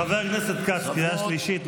חבר הכנסת רון כץ, קריאה שלישית.